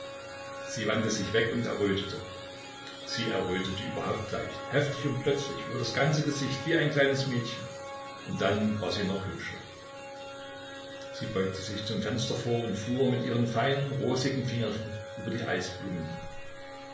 sie wandte sich weg und errötete sie errötete überhaupt leicht heftig und plötzlich über das ganze gesicht wie ein kleines mädchen und dann war sie noch hübscher sie beugte sich zum fenster vor und fuhr mit ihrem feinen rosigen fingerchen über die